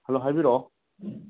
hello ꯍꯥꯏꯕꯤꯔꯛꯑꯣ